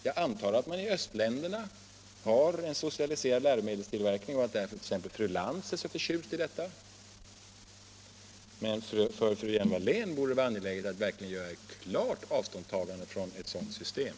Jag antar att man i östländerna har en socialiserad läromedelstillverkning och att det är därför som t.ex. fru Lantz är så förtjust i detta, men för fru Hjelm-Wallén borde det vara angeläget att göra ett klart avståndstagande från ett sådant system.